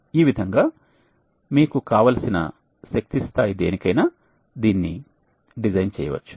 ఈ విధంగా మీకు కావలసిన శక్తి స్థాయి దేనికైనా దీనిని డిజైన్ చేయవచ్చు